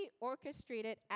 orchestrated